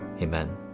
Amen